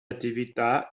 attività